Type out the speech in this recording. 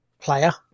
player